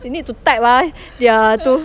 they need to type ah their to